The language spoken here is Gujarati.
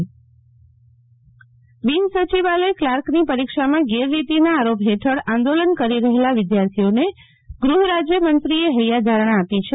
શીતલ વૈશ્નવ ગૌણ સેવા બિનસચિવાલય કલાકની પરીક્ષામાં ગેરરીતિના આરોપ હેઠળ આંદોલન કરી રહેલા વિદ્યાર્થીઓને ગૃહરાજ્યમંત્રીએ હૈયાધારણા આપી છે